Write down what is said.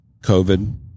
COVID